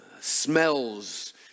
smells